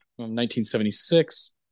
1976